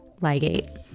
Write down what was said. Ligate